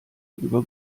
über